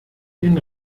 den